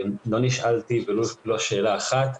לא נשאלתי ולו שאלה אחת.